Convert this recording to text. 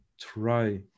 try